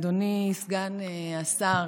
אדוני סגן השר,